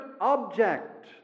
object